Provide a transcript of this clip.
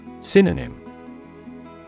Synonym